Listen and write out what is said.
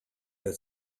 der